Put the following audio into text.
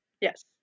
Yes